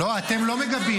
לא, אתם לא מגבים.